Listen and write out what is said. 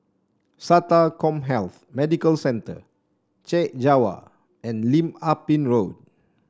SATA CommHealth Medical Centre Chek Jawa and Lim Ah Pin Road